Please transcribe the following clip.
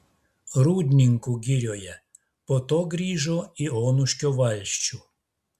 rūdninkų girioje po to grįžo į onuškio valsčių